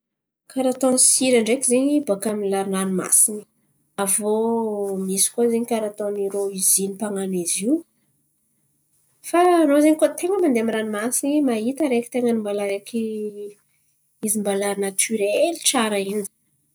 Karà ataony sira ndreky zen̈y boaka amin'ny an̈y ranomasin̈y. Aviô misy koa zen̈y karà ataony irô izìny mpan̈ano izy io. Fa rô zen̈y koa ten̈a mandeha amin'ny ranomasin̈y mahita araiky ten̈a ny mbola araiky izy mbala natirely tsara in̈y zen̈y.